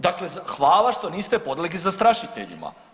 Dakle, hvala što niste podlegli zastrašiteljima.